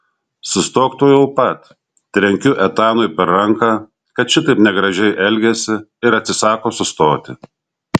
sustok tuojau pat trenkiu etanui per ranką kad šitaip negražiai elgiasi ir atsisako sustoti